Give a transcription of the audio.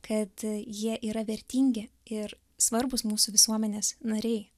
kad jie yra vertingi ir svarbūs mūsų visuomenės nariai